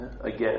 Again